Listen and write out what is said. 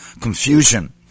confusion